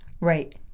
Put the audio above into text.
Right